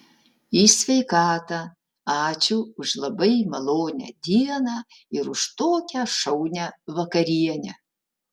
į sveikatą ačiū už labai malonią dieną ir už tokią šaunią vakarienę